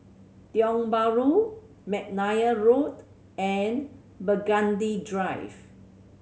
Tiong Bahru McNair Road and Burgundy Drive